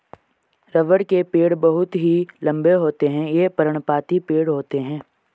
रबड़ के पेड़ बहुत ही लंबे होते हैं ये पर्णपाती पेड़ होते है